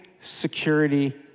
security